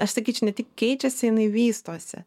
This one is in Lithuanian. aš sakyčiau ne tik keičiasi jinai vystosi